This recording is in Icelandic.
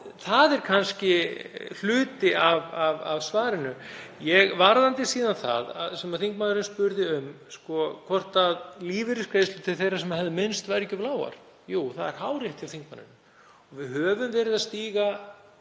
það er kannski hluti af svarinu. Varðandi síðan það sem þingmaðurinn spurði um, hvort lífeyrisgreiðslur til þeirra sem hefðu minnst væri ekki of lágar, þá er það jú hárrétt hjá þingmanninum. Við höfum verið að stíga